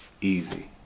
easy